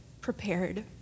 prepared